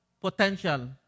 potential